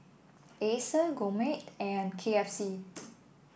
Acer Gourmet and K F C